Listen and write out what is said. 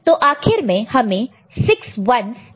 तो आखिर में हमें 6 1's मिले हैं